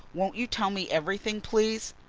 won't you tell me everything, please?